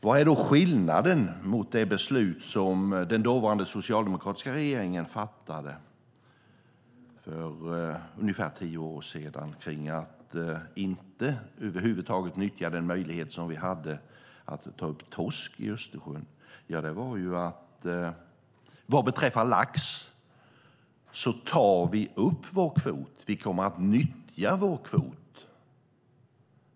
Vad är då skillnaden mot det beslut som den dåvarande socialdemokratiska regeringen fattade för ungefär tio år sedan när det gällde att inte över huvud taget nyttja den möjlighet som vi hade att ta upp torsk i Östersjön? Vad beträffar lax tar vi upp vår kvot. Vi kommer att nyttja vår kvot.